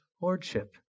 lordship